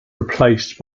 replaced